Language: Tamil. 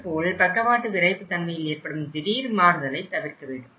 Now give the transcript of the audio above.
இதுபோல் பக்கவாட்டு விரைப்பு தன்மையில் ஏற்படும் திடீர் மாறுதலை தவிர்க்க வேண்டும்